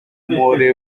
muri